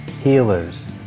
healers